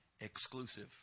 exclusive